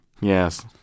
Yes